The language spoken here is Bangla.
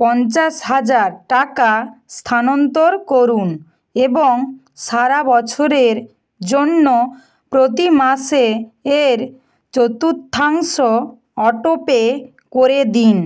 পঞ্চাশ হাজার টাকা স্থানান্তর করুন এবং সারা বছরের জন্য প্রতি মাসে এর চতুর্থাংশ অটোপে করে দিন